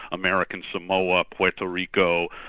american samoa, puerto rico,